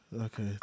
okay